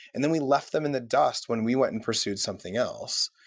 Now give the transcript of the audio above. and then we left them in the dust when we went and pursued something else.